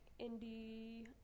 indie